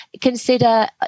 consider